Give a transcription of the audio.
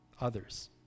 others